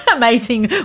Amazing